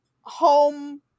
home